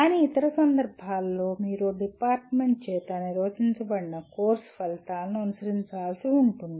కానీ ఇతర సందర్భాల్లో మీరు డిపార్ట్మెంట్ చేత నిర్వచించబడిన కోర్సు ఫలితాలను అనుసరించాల్సి ఉంటుంది